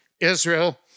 Israel